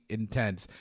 intense